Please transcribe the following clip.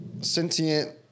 Sentient